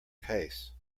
pace